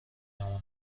امانت